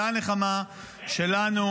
אתה הנחמה שלנו.